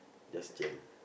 just jam